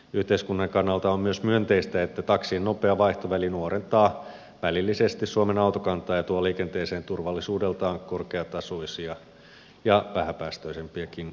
yhteiskunnan kannalta on myös myönteistä että taksien nopea vaihtoväli nuorentaa välillisesti suomen autokantaa ja tuo liikenteeseen turvallisuudeltaan korkeatasoisia ja vähäpäästöisempiäkin autoja